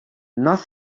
earth